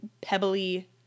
pebbly